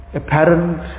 apparent